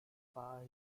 spa